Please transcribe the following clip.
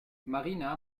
marina